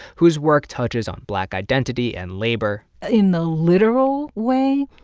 whose work touches on black identity and labor in the literal way,